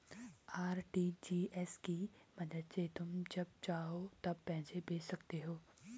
RTGS की मदद से तुम जब चाहो तब पैसे भेज सकते हो